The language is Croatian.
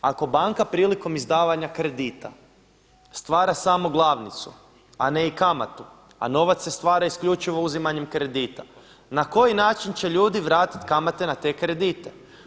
Ako banka prilikom izdavanja kredita stvara samo glavnicu a ne i kamatu, a novac se stvar isključivo uzimanjem kredita na koji način će ljudi vratit kamate na te kredite.